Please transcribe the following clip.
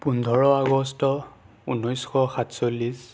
পোন্ধৰ আগষ্ট ঊনৈছশ সাতচল্লিছ